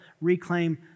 reclaim